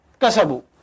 kasabu